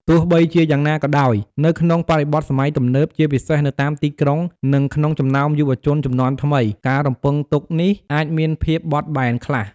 ទោះបីជាយ៉ាងណាក៏ដោយ នៅក្នុងបរិបទសម័យទំនើប ជាពិសេសនៅតាមទីក្រុង និងក្នុងចំណោមយុវជនជំនាន់ថ្មី ការរំពឹងទុកនេះអាចមានភាពបត់បែនខ្លះ។